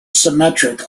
symmetric